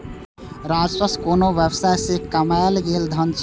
राजस्व कोनो व्यवसाय सं कमायल गेल धन छियै